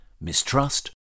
mistrust